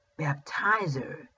baptizer